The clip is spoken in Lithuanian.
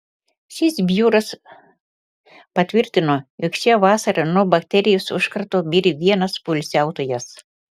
šis biuras patvirtino jog šią vasarą nuo bakterijos užkrato mirė vienas poilsiautojas